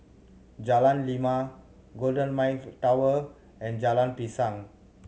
Jalan Lima Golden Mile Tower and Jalan Pisang